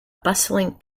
bustling